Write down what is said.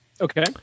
Okay